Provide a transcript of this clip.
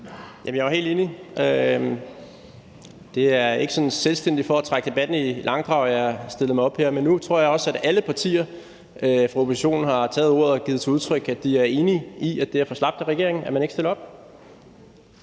Jeg er jo helt enig. Det er ikke sådan selvstændigt for at trække debatten i langdrag, at jeg stillede mig op her, men nu tror jeg også, at alle partier fra oppositionen har taget ordet og givet udtryk for, at de er enige i, at det er for slapt af regeringen, at man ikke stiller op.